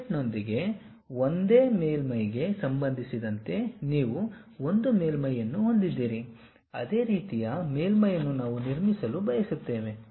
ಆಫ್ಸೆಟ್ನೊಂದಿಗೆ ಒಂದೇ ಮೇಲ್ಮೈಗೆ ಸಂಬಂಧಿಸಿದಂತೆ ನೀವು ಒಂದು ಮೇಲ್ಮೈಯನ್ನು ಹೊಂದಿದ್ದೀರಿ ಅದೇ ರೀತಿಯ ಮೇಲ್ಮೈಯನ್ನು ನಾವು ನಿರ್ಮಿಸಲು ಬಯಸುತ್ತೇವೆ